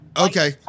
Okay